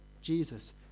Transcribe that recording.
Jesus